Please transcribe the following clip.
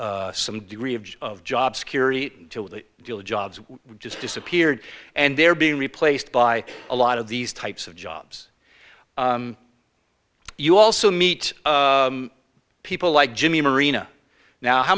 some degree of of job security eat till the deal jobs just disappeared and they're being replaced by a lot of these types of jobs you also meet people like jimmy marina now how